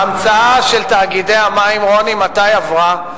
ההמצאה של תאגידי המים, רוני, מתי עברה?